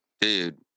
dude